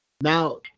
Now